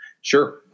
Sure